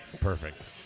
Perfect